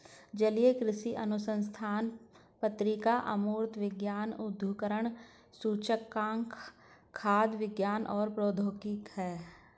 जलीय कृषि अनुसंधान पत्रिका अमूर्त विज्ञान उद्धरण सूचकांक खाद्य विज्ञान और प्रौद्योगिकी है